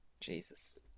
Jesus